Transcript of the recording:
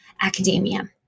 academia